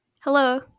Hello